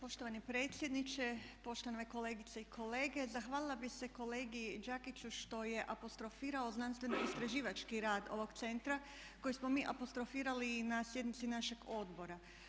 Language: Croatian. Poštovani predsjedniče, poštovane kolegice i kolege zahvalila bih se kolegi Đakiću što je apostrofirao znanstveno-istraživački rad ovog centra koji smo mi apostrofirali i na sjednici našeg odbora.